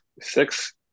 six